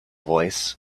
voice